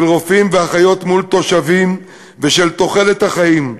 של רופאים ואחיות מול תושבים ושל תוחלת החיים.